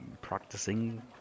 practicing